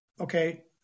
okay